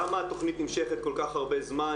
למה התכנית נמשכת כל כך הרבה זמן?